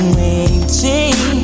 waiting